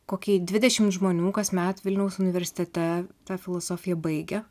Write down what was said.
kokį dvidešimt žmonių kasmet vilniaus universitete tą filosofiją baigia